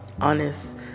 honest